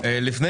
לפני